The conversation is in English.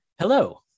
hello